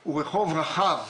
הוא רחוב רחב,